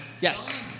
Yes